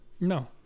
No